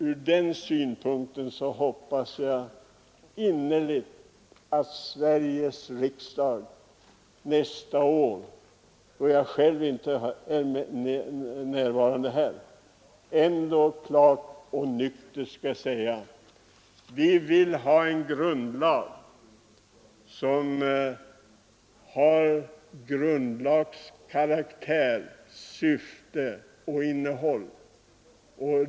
Ur den synpunkten hoppas jag innerligt att Sveriges riksdag nästa år, då jag själv inte är närvarande här, klart och nyktert skall säga att vi vill ha en grundlag som har grundlags karaktär, syfte och innehåll.